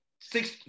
six